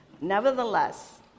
Nevertheless